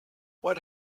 what